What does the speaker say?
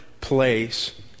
place